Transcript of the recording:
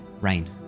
Rain